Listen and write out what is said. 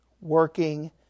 working